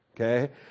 Okay